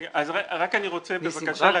ניסים,